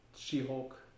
She-Hulk